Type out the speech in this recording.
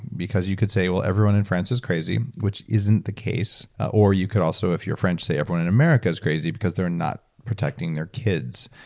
because you could say, well, everyone in france is crazy, which isn't the case. you could also if you're french say, everyone in america is crazy because they're not protecting their kids.